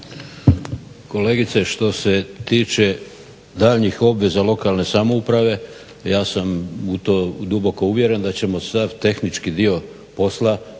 Kolegice što se tiče daljnjih obveza lokalne samouprave ja sam u to duboko uvjeren da ćemo sav tehnički dio posla obavljati